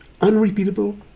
unrepeatable